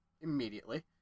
immediately